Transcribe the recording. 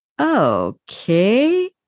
okay